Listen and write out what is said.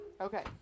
Okay